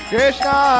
Krishna